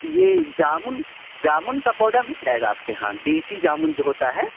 یہ جامن جامن کا پودا مل جائے گا آپ کے یہاں دیسی جامن جو ہوتا ہے